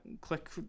click